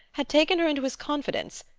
had taken her into his confidence,